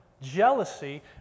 jealousy